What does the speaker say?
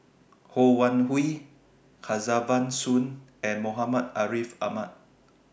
Ho Wan Hui Kesavan Soon and Muhammad Ariff Ahmad